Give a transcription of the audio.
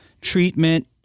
treatment